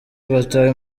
batawe